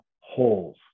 holes